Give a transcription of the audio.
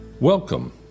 Welcome